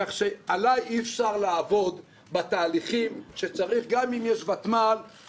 כך שעליי אי-אפשר לעבוד בתהליכים שצריך גם אם יש וותמ"ל,